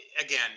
again